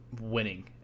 winning